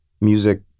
music